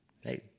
Hey